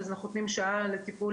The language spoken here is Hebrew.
אנחנו נותנים שעה לטיפול